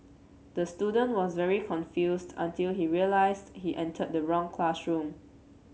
the student was very confused until he realised he entered the wrong classroom